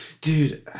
Dude